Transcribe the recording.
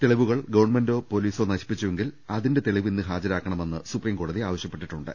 തെളിവുകൾ ഗവൺമെന്റോ പൊലീസോ നശിപ്പിച്ചുവെങ്കിൽ അതിന്റെ തെളിവ് ഇന്ന് ഹാജരാക്കണമെന്ന് സുപ്രീം കോടതി ആവശ്യപ്പെട്ടിട്ടുണ്ട്